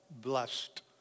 blessed